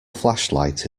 flashlight